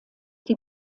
die